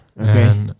okay